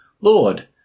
Lord